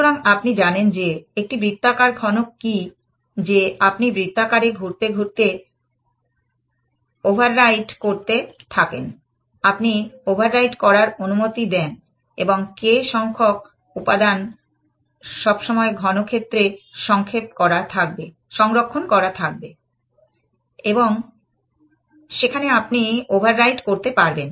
সুতরাং আপনি জানেন যে একটি বৃত্তাকার ঘনক কী যে আপনি বৃত্তাকারে ঘুরতে ঘুরতে ওভাররাইট করতে থাকেন আপনি ওভাররাইট করার অনুমতি দেন কিছু k সংখ্যক উপাদান সবসময় ঘনক্ষেত্রে সংরক্ষণ করা থাকবে এবং সেখানে আপনি ওভাররাইট করতে পারবেন